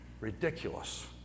Ridiculous